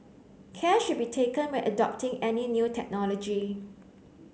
care should be taken when adopting any new technology